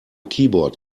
keyboard